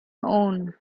own